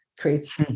Creates